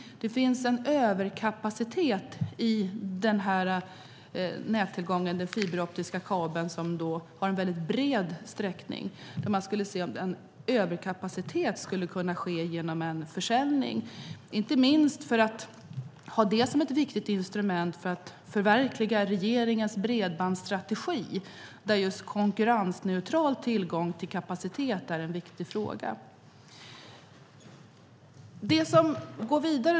Det finns en överkapacitet i nättillgången. Den fiberoptiska kabeln har en mycket bred sträckning. Man skulle se om en överkapacitet skulle uppstå genom en försäljning. Det skulle man kunna ha som ett viktigt instrument för att förverkliga regeringens bredbandsstrategi där en konkurrensneutral tillgång till kapacitet är en viktig fråga.